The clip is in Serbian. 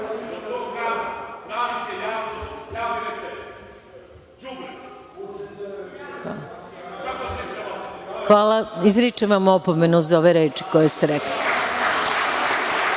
Izričem vam opomenu za ove reči koje ste rekli.